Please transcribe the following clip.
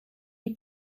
die